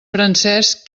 francesc